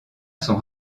son